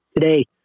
today